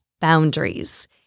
boundaries